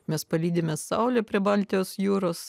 mes palydime saulę prie baltijos jūros